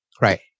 Right